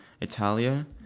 Italia